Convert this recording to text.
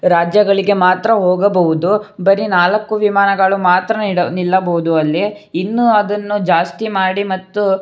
ರಾಜ್ಯಗಳಿಗೆ ಮಾತ್ರ ಹೋಗಬಹುದು ಬರೀ ನಾಲ್ಕು ವಿಮಾನಗಳು ಮಾತ್ರ ನಿಡ ನಿಲ್ಲಬೌದು ಅಲ್ಲಿ ಇನ್ನೂ ಅದನ್ನು ಜಾಸ್ತಿ ಮಾಡಿ ಮತ್ತು